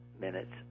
minutes